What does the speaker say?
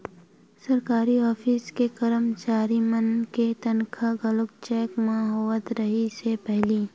सरकारी ऑफिस के करमचारी मन के तनखा घलो चेक म होवत रिहिस हे पहिली